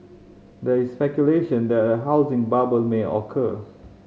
there is speculation that a housing bubble may occur